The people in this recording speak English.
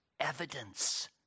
Evidence